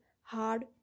hard